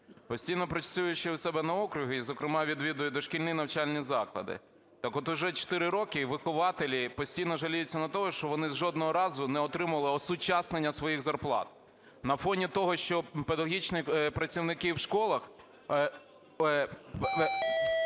Постійно працюю у себе на окрузі і зокрема відвідую дошкільні навчальні заклади. Так от, уже 4 роки вихователі постійно жаліються на те, що вони жодного разу не отримували осучаснення своїх зарплат на фоні того, що педагогічні працівники в школах